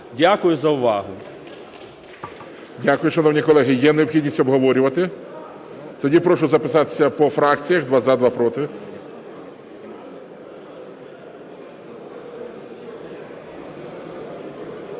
Дякую за увагу.